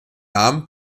namen